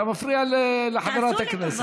אתה מפריע לחברת הכנסת.